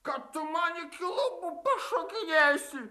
kad tu man iki lubų pašokinėsi